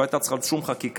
היא לא הייתה צריכה שום חקיקה.